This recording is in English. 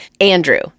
Andrew